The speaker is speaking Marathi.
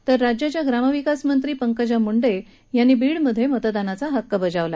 तर राज्याच्या ग्रामविकास मंत्री पंकजा मुंडे यांनी बीडमध्ये आपला मतदानाचा हक्क बजावला